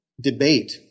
debate